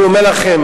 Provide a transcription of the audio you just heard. אני אומר לכם,